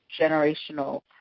generational